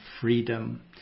freedom